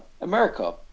America